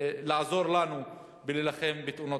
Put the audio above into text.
ואני חושב שיהיה אפשר להשיג שיפור ארצי בתוצאות של פחות תאונות